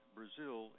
Brazil